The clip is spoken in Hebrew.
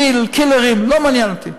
כי"ל, קילרים, לא מעניין אותי.